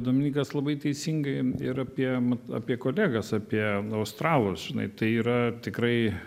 dominykas labai teisingai ir apie apie kolegas apie australus žinai tai yra tikrai